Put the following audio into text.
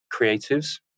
creatives